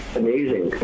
amazing